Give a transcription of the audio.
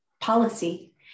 policy